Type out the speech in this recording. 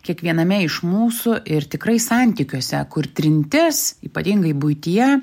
kiekviename iš mūsų ir tikrai santykiuose kur trintis ypatingai buityje